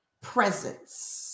presence